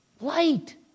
light